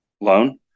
loan